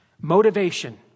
Motivation